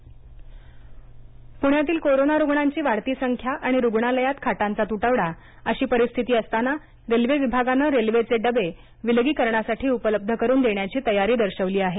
पणे रेल्वे विलगीकरण पुण्यातील कोरोना रूग्णांची वाढती संख्या आणि रूग्णालयात खाटांचा तुटवडा अशी परिस्थिती असताना रेल्वे विभागानं रेल्वेचे डबे विलगीकरणासाठी उपलब्ध करून देण्याची तयारी दर्शवली आहे